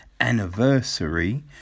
anniversary